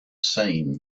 seen